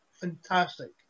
fantastic